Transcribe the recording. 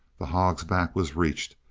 the hog's back was reached,